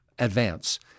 advance